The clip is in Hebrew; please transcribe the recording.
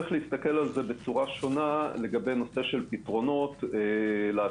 להסתכל על זה בצורה שונה בנושא של פתרונות לעתיד.